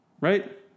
Right